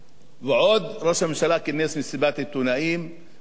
ועוד ראש הממשלה כינס מסיבת עיתונאים מהודרת,